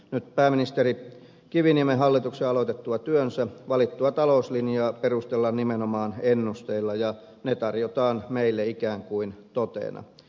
nyt pääministeri kiviniemen hallituksen aloitettua työnsä valittua talouslinjaa perustellaan nimenomaan ennusteilla ja ne tarjotaan meille ikään kuin totena